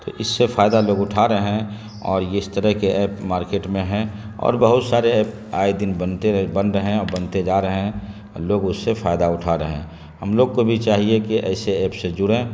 تو اس سے فائدہ لوگ اٹھا رہے ہیں اور اس طرح کے ایپ مارکیٹ میں ہیں اور بہت سارے ایپ آئے دن بنتے بن رہے ہیں اور بنتے جا رہے ہیں اور لوگ اس سے فائدہ اٹھا رہے ہیں ہم لوگ کو بھی چاہیے کہ ایسے ایپ سے جڑیں